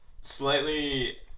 slightly